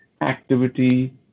activity